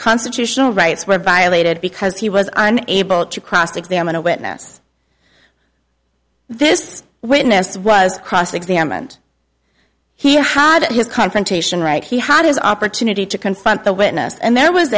constitutional rights were violated because he was on able to cross examine a witness this witness was cross examined he had his confrontation right he had his opportunity to confront the witness and there was